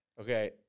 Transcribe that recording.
Okay